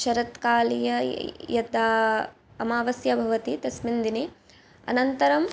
शरत्काले यदा अमावस्या भवति तस्मिन्दिने अनन्तरं